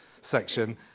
section